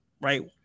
right